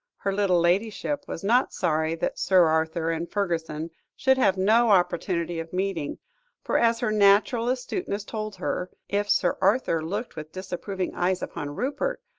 her little ladyship was not sorry that sir arthur and fergusson should have no opportunity of meeting for, as her natural astuteness told her, if sir arthur looked with disapproving eyes upon rupert,